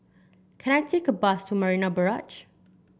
can I take a bus to Marina Barrage